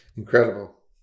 Incredible